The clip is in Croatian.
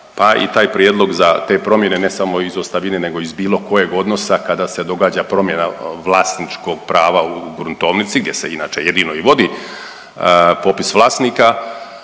i taj prijedlog za te promjene, ne samo iz ostavine nego iz bilo kojeg odnosa kada se događa promjena vlasničkog prava u gruntovnici gdje se inače jedino i vodi popis vlasnika